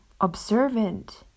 observant